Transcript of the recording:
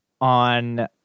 on